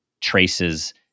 traces